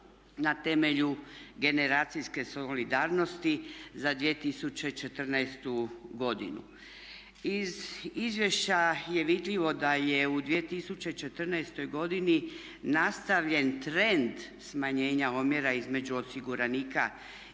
na temelju generacijske solidarnosti za 2014. godinu. Iz izvješća je vidljivo da je u 2014. nastavljen trend smanjenja omjera između osiguranika